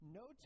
no